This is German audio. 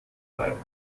bleiben